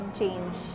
change